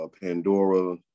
Pandora